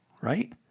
right